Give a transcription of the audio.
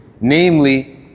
Namely